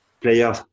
player